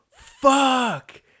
Fuck